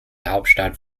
hauptstadt